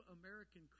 American